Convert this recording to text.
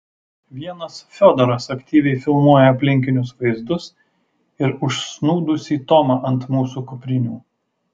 vienas fiodoras aktyviai filmuoja aplinkinius vaizdus ir užsnūdusį tomą ant mūsų kuprinių